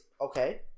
okay